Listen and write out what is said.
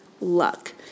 luck